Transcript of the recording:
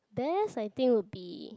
there's I think would be